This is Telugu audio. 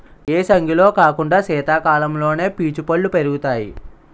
ఏసంగిలో కాకుండా సీతకాలంలోనే పీచు పల్లు పెరుగుతాయి